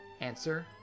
Answer